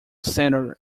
center